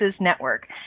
Network